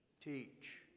Teach